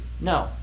No